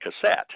cassette